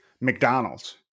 McDonald's